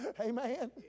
Amen